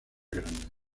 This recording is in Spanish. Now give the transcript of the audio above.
grandes